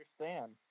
understand